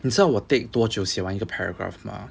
你知道我 take 多久写完一个 paragraph 吗